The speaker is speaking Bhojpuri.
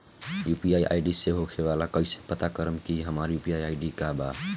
यू.पी.आई आई.डी का होखेला और कईसे पता करम की हमार यू.पी.आई आई.डी का बा?